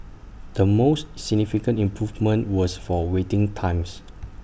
the most significant improvement was for waiting times